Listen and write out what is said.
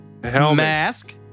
mask